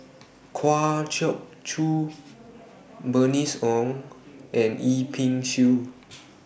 Kwa Geok Choo Bernice Ong and Yip Pin Xiu